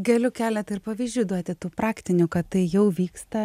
galiu keletą ir pavyzdžių duoti tų praktinių kad tai jau vyksta